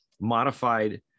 modified